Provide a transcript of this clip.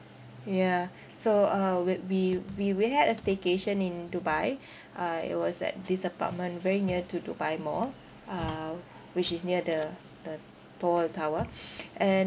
yeah so uh where we we we had a staycation in dubai uh it was at this apartment very near to dubai mall uh which is near the the tall tower and